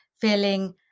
feeling